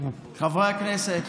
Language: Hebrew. חברי הכנסת,